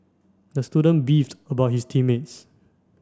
the student beefed about his team mates